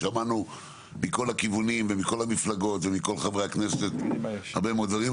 שמענו מכל הכיוונים ומכל המפלגות ומכל חברי הכנסת הרבה מאוד דברים,